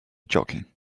joking